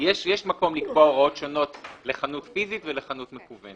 שיש מקום לקבוע הוראות שונות לחנות פיזית ולחנות מקוונת.